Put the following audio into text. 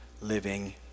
living